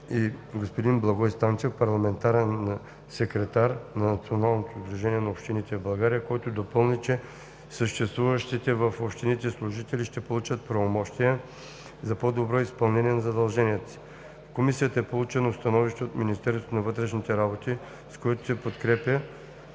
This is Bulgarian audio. и господин Благой Станчев – парламентарен секретар на НСОРБ, който допълни, че съществуващите в общините служители ще получат правомощия за по-добро изпълнение на задълженията си. В Комисията е получено становище от Министерството на вътрешните работи, с което се подкрепя